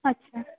اچھا